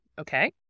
Okay